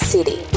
City